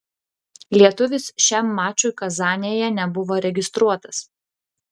lietuvis šiam mačui kazanėje nebuvo registruotas